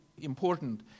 important